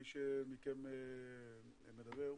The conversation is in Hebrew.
מי מכם שידבר,